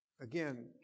Again